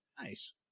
Nice